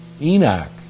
Enoch